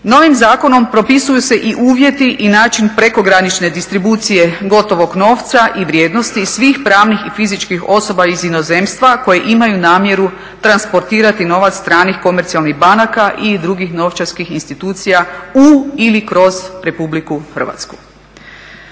Novim zakonom propisuju se i uvjeti i način prekogranične distribucije gotovog novca i vrijednosti i svih pravnih i fizičkih osoba iz inozemstva koje imaju namjeru transportirati novac stranih komercijalnih banaka i drugih novčarskih institucija u ili kroz Republiku Hrvatsku.